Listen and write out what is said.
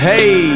Hey